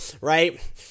Right